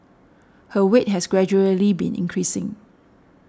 her weight has gradually been increasing